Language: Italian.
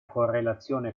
correlazione